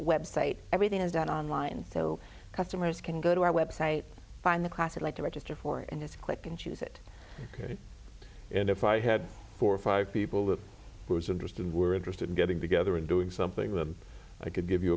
website everything is done online so customers can go to our website find the class would like to register for it and it's click and choose it ok and if i had four or five people that was interested were interested in getting together and doing something with them i could give you